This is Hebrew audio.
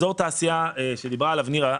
אזור התעשייה שדיברה עליו נירה,